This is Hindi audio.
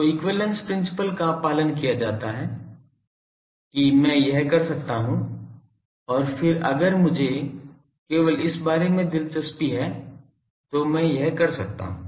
तो इक्विवैलेन्स प्रिंसिपल का पालन किया जाता है कि मैं यह कर सकता हूं और फिर अगर मुझे केवल इस बारे में दिलचस्पी है तो मैं यह कर सकता हूं